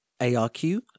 ARQ